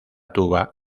tuba